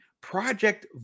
Project